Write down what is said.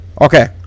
Okay